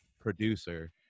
producer